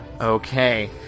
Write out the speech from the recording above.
Okay